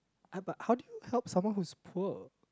I but how do you help someone who is poor